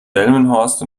delmenhorst